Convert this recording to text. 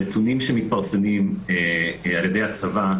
הנתונים שמתפרסמים על ידי הצבא,